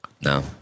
No